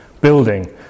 building